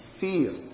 feel